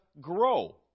grow